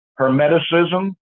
Hermeticism